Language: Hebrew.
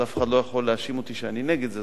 אז אף אחד לא יכול להאשים אותי שאני נגד זה,